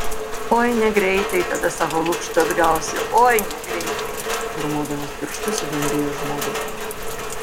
oi negreitai tada savo lukštą atgausi oi negreitai grūmodamas pirštu subambėjo žmogus